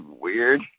weird